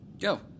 Go